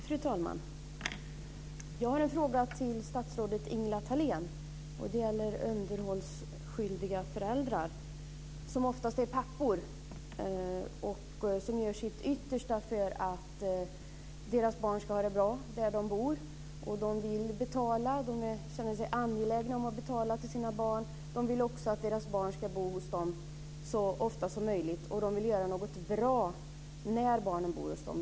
Fru talman! Jag har en fråga till statsrådet Ingela Thalén. Den gäller underhållsskyldiga föräldrar som oftast är pappor. De gör sitt yttersta för att deras barn ska ha det bra där de bor. De är angelägna om att betala underhåll för sina barn. De vill också att deras barn ska bo hos dem så ofta som möjligt, och de vill göra något bra när barnen bor hos dem.